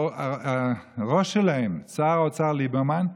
שהראש שלהם, שר האוצר ליברמן,